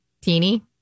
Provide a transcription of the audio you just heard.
Teeny